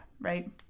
right